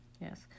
Yes